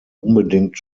unbedingt